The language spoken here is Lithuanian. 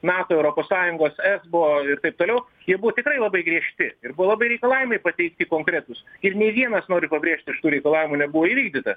nato europos sąjungos esbo ir taip toliau jie buvo tikrai labai griežti ir buvo labai reikalavimai pateikti konkretūs ir nei vienas noriu pabrėžt iš tų reikalavimų nebuvo įvykdytas